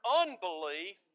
unbelief